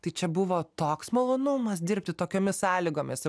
tai čia buvo toks malonumas dirbti tokiomis sąlygomis